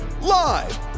Live